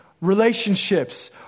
relationships